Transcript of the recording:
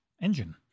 engine